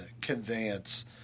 conveyance